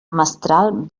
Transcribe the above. mestral